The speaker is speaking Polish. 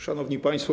Szanowni Państwo!